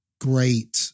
great